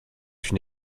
une